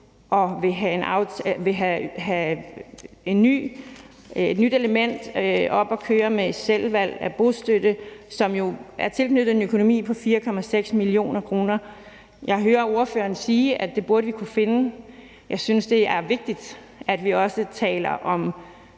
og ville have et nyt element op at køre med selvvalg af bostøtte, som jo er tilknyttet en økonomi på 4,6 mio. kr. Jeg hører ordføreren sige, at det burde vi kunne finde. Jeg synes, det er vigtigt, at vi også taler om